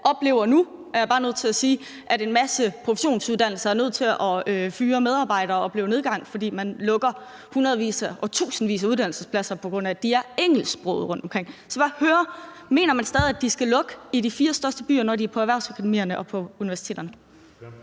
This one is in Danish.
grunden til, at man nu oplever, at en masse professionsuddannelser er nødt til at fyre medarbejdere og oplever nedgang, fordi man lukker hundredvis og tusindvis af uddannelsespladser, på grund af at de er engelsksprogede rundtomkring. Det er den anden del af det. Så jeg vil bare høre, om man stadig mener, at der skal lukkes pladser i de fire største byer på erhvervsakademierne og på universiteterne.